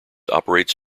operates